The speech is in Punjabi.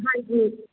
ਹਾਂਜੀ